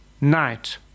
Night